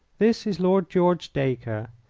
this is lord george dacre.